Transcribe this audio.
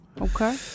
Okay